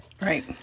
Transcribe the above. Right